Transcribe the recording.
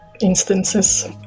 instances